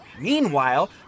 Meanwhile